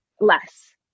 less